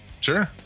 Sure